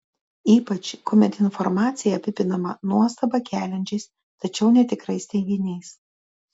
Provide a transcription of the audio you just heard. ypač kuomet informacija apipinama nuostabą keliančiais tačiau netikrais teiginiais